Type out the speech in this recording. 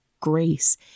grace